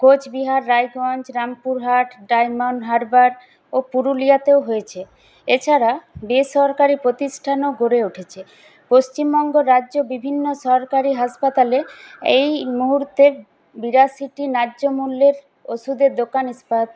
Cooch Behar Raiganj Rampurhat diamond Harbour ও পুরুলিয়াতেও হয়েছে এছাড়া বেসরকারি প্রতিষ্ঠানও গড়ে উঠেছে পশ্চিমবঙ্গ রাজ্য বিভিন্ন সরকারি হাসপাতালে এই মুহূর্তে বিরাশিটি ন্যায্যমূল্যের ওষুধের দোকান